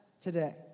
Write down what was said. today